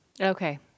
Okay